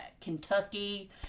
Kentucky